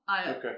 Okay